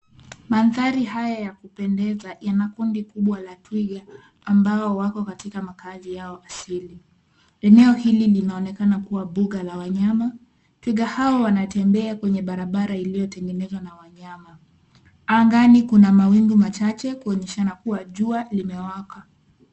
Mandhari haya ya kupendeza yana kundi kubwa la twiga ambao wako katika makazi yao asili. Eneo hili linaonekana kuwa mbuga la wanyama, twiga hawa wana tembea kwenye barabara ilio tengenezwa na wanyama. Angani kuna mawingu machache kuoneshana kuwa jua limewaka.